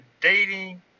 dating